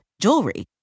jewelry